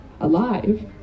alive